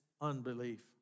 unbelief